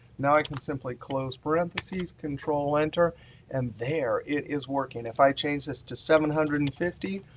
now i can simply close parentheses, control-enter, and there, it is working. if i change this to seven hundred and fifty,